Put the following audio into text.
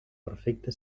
perfecta